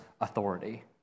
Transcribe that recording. authority